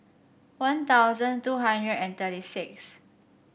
One Thousand two hundred and thirty six